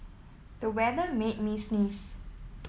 the weather made me sneeze